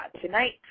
tonight